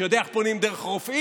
שיודע איך פונים דרך רופאים,